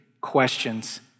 questions